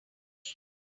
week